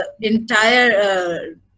entire